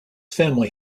family